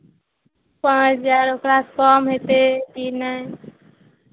पाँच हजार ओकरासँ कम हेतै की नहि